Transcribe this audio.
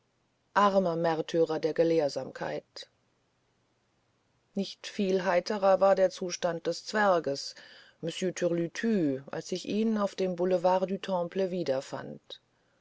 armer märtyrer der gelehrsamkeit nicht viel heiterer war der zustand des zwergs monsieur türlütü als ich ihn auf dem boulevard du temple wiederfand